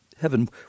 heaven